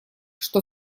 что